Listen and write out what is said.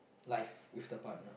life with the partner